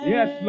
Yes